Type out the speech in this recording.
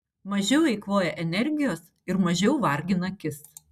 mažiau eikvoja energijos ir mažiau vargina akis